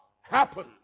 happen